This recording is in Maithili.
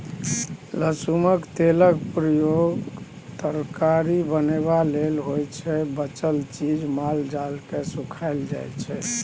कुसुमक तेलक प्रयोग तरकारी बनेबा लेल होइ छै बचल चीज माल जालकेँ खुआएल जाइ छै